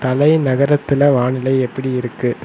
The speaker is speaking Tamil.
தலைநகரத்தில் வானிலை எப்படி இருக்குது